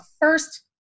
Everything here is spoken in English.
first